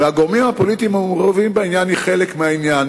והגורמים הפוליטיים המעורבים בעניין הם חלק מהעניין,